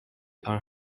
are